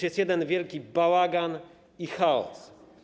Jest jeden wielki bałagan i chaos.